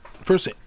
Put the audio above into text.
first